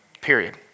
period